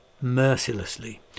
mercilessly